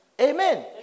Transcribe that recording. Amen